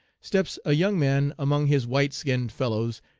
steps a young man among his white skinned fellows,